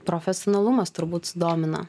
profesionalumas turbūt sudomina